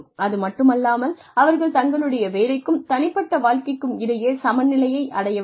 அதுமட்டுமல்லாமல் அவர்கள் தங்களுடைய வேலைக்கும் தனிப்பட்ட வாழ்க்கைக்கும் இடையே சமநிலையை அடைய வேண்டும்